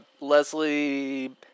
Leslie